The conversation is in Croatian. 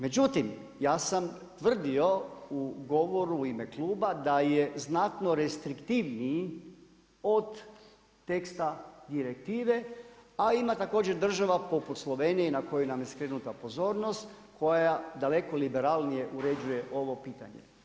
Međutim, ja sam tvrdio u govoru u ime kluba da je znatno restriktivniji od teksta direktive a ima također država poput Slovenije na koju nam je skrenuta pozornost koja daleko liberalnije uređuje ovo pitanje.